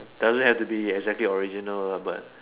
doesn't have to be exactly original lah but